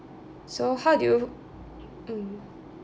so how do you mm